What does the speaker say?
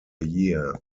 year